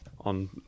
on